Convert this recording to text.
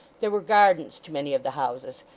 there were gardens to many of the houses,